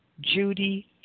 Judy